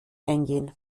eingehen